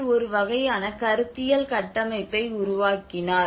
அவர் ஒரு வகையான கருத்தியல் கட்டமைப்பை உருவாக்கினார்